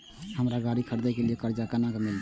हमरा गाड़ी खरदे के लिए कर्जा केना मिलते?